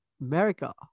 America